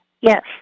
Yes